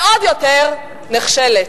ועוד יותר נכשלת.